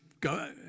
go